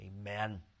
Amen